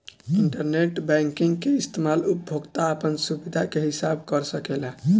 internet banking के इस्तमाल उपभोक्ता आपन सुबिधा के हिसाब कर सकेला